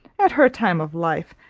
at her time of life,